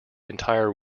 entire